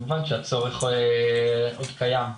כמובן שהצורך עוד קיים.